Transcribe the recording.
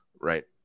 right